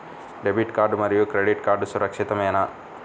Debit card మరియు credit card సురక్షితమేనా?